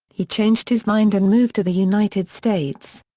he changed his mind and moved to the united states.